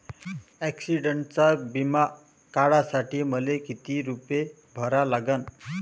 ॲक्सिडंटचा बिमा काढा साठी मले किती रूपे भरा लागन?